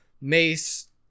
Mace